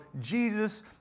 Jesus